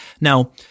Now